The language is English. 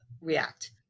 react